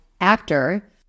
actor